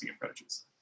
approaches